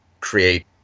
create